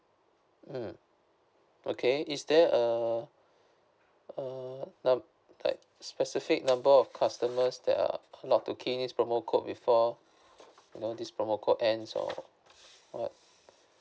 mm okay is there uh uh number like specific number of customers that are allow to key in this promo code before you know this promo code ends or what